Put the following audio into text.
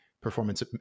performance